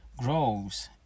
grows